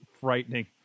frightening